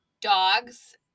dogs